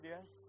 yes